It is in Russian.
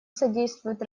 содействуют